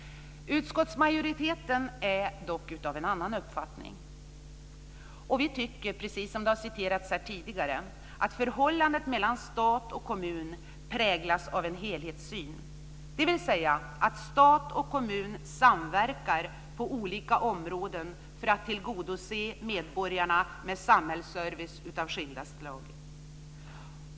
Utskottsmajoriteten är dock av en annan uppfattning. Vi tycker, precis som har citerats här tidigare, att förhållandet mellan stat och kommun präglas av en helhetssyn, dvs. att stat och kommun samverkar på olika områden för att tillgodose medborgarna med samhällsservice av skilda slag.